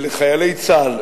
לחיילי צה"ל,